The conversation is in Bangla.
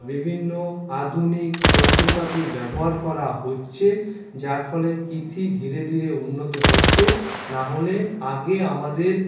বিভিন্ন আধুনিক যন্ত্রপাতি ব্যবহার করা হচ্ছে যার ফলে কৃষি ধীরে ধীরে উন্নত হচ্ছে নাহলে আগে আমাদের